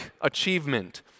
achievement